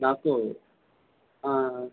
నాకు